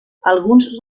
alguns